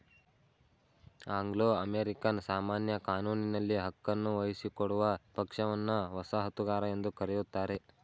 Anglo American ಸಾಮಾನ್ಯ ಕಾನೂನಿನಲ್ಲಿ ಹಕ್ಕನ್ನು ವಹಿಸಿಕೊಡುವ ಪಕ್ಷವನ್ನ ವಸಾಹತುಗಾರ ಎಂದು ಕರೆಯುತ್ತಾರೆ